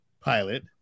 pilot